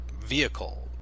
vehicle